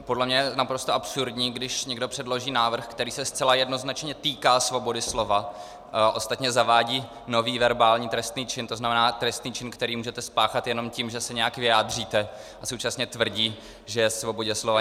Podle mě je naprosto absurdní, když někdo předloží návrh, který se zcela jednoznačně týká svobody slova, ostatně zavádí nový verbální trestný čin, tzn. trestný čin, který můžete spáchat jenom tím, že se nějak vyjádříte, a současně tvrdí, že svobodě slova nic nedělá.